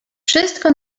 wszystko